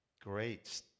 great